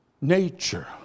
nature